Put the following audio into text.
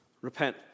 repent